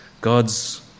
God's